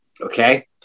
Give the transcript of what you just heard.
Okay